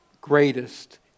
greatest